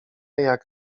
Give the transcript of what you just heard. jak